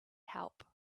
help